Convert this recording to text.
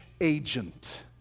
agent